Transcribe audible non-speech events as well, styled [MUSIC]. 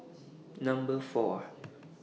[NOISE] Number four